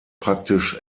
praktisch